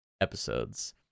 episodes